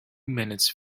minutes